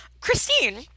Christine